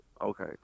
okay